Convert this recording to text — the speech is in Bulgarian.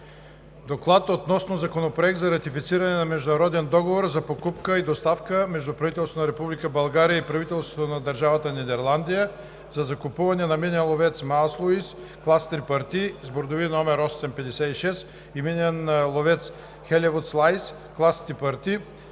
„ДОКЛАД относно Законопроект за ратифициране на Международен договор за покупка и доставка между правителството на Република България и правителството на Държавата Нидерландия за закупуване на минен ловец „Мааслуис“, клас „Трипарти“, с бордови № М856, и минен ловец „Хелевутслайс“, клас „Трипарти“,